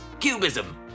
Cubism